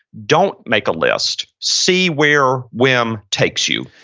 don't make a list. see where whim takes you.